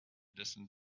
listened